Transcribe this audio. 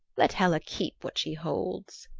let hela keep what she holds.